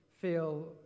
feel